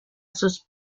sus